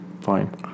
Fine